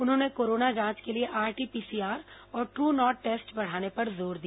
उन्होंने कोरोना जांच के लिए आरटी पीसीआर और ट्रू नॉट टेस्ट बढ़ाने पर जोर दिया